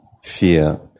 Fear